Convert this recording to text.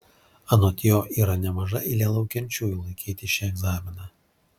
anot jo yra nemaža eilė laukiančiųjų laikyti šį egzaminą